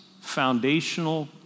foundational